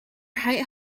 height